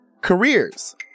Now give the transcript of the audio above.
careers